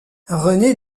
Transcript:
rené